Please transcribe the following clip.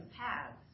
paths